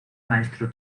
maestro